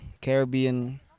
Caribbean